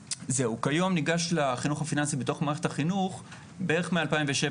ניגש לחינוך הפיננסי בתוך מערכת החינוך - בערך מ-2007